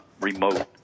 remote